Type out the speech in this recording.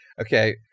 okay